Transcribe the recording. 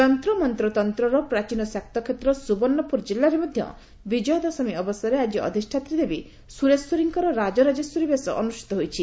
ଯନ୍ତ ମନ୍ତ ତନ୍ତର ପ୍ରାଚୀନ ଶାକ୍ତକ୍ଷେତ୍ର ସୁବର୍ଶ୍ୱପୁର ଜିଲ୍ଲାରେ ବିଜୟା ଦଶମୀ ଅବସରେ ଆଜି ଅଧିଷାତ୍ରୀ ଦେବୀ ସ୍ବରେଶ୍ୱରୀଙ୍କର ରାଜରାଜେଶ୍ୱରୀ ବେଶ ଅନୁଷିତ ହୋଇଛି